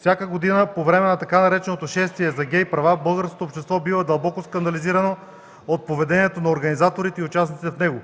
Всяка година по време на така нареченото „шествие за гей права” българското общество бива дълбоко скандализирано от поведението на организаторите и участниците в него,